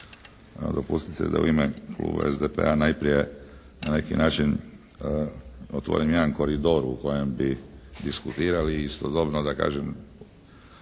Hvala vama